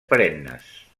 perennes